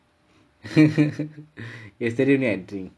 yesterday only I drink